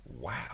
wow